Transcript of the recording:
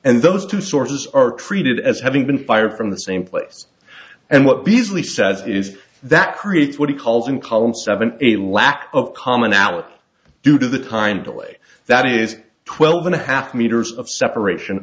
and those two sources are treated as having been fired from the same place and what beazley says is that creates what he calls in column seven a lack of commonality due to the time delay that is twelve and a half meters of separation